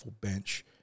bench